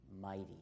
mighty